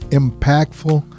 impactful